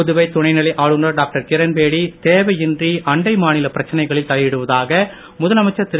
புதுவை துணைநிலை ஆளுநர் டாக்டர் கிரண்பேடி தேவையின்றி அண்டை மாநில பிரச்சனைகளில் தலையிடுவதாக முதலமைச்சர் திரு